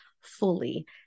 fully